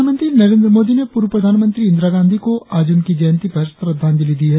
प्रधानमंत्री नरेंद्र मोदी ने पूर्व प्रधानमंत्री इंदिरा गांधी को आज उनकी जयंति पर श्रद्धांजलि दी है